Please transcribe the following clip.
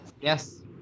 Yes